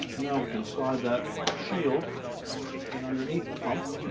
now we can slide that shield and underneath the pump.